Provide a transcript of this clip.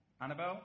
Annabelle